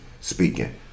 speaking